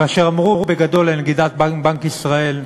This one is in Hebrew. כאשר אמרו בגדול לנגידת בנק ישראל: